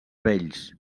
vells